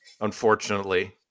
unfortunately